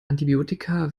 antibiotika